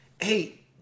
Hey